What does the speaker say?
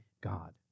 God